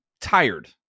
tired